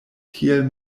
tiel